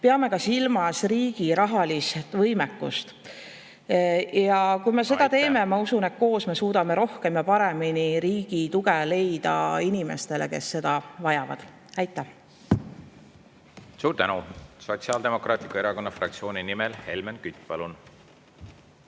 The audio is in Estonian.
peame ka silmas riigi rahalist võimekust. Ma usun, et kui me seda teeme, siis koos me suudame rohkem ja paremini leida riigi tuge inimestele, kes seda vajavad. Aitäh! Suur tänu! Sotsiaaldemokraatliku Erakonna fraktsiooni nimel Helmen Kütt, palun!